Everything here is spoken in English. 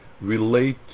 relate